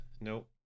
nope